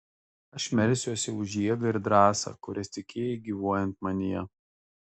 aš melsiuosi už jėgą ir drąsą kurias tikėjai gyvuojant manyje